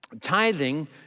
Tithing